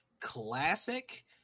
classic